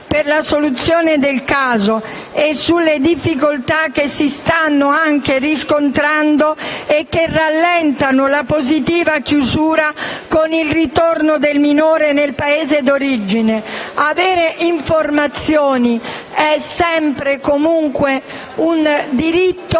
per la soluzione del caso e sulle difficoltà riscontrate che rallentano la positiva chiusura del caso con il ritorno del minore nel Paese d'origine. Avere informazioni è sempre e comunque un diritto